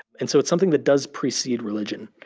and so it's something that does precede religion.